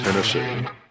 Tennessee